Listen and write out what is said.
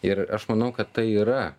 ir aš manau kad tai yra